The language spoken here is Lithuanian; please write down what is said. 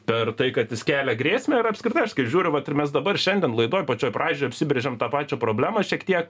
per tai kad jis kelia grėsmę ir apskritai aš kaip žiūriu ir mes dabar šiandien laidoj pačioj pradžioj apsibrėžėm tą pačią problemą šiek tiek